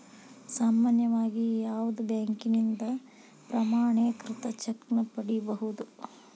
ಸಾಮಾನ್ಯವಾಗಿ ಯಾವುದ ಬ್ಯಾಂಕಿನಿಂದ ಪ್ರಮಾಣೇಕೃತ ಚೆಕ್ ನ ಪಡಿಬಹುದು